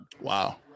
Wow